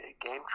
Game